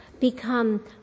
become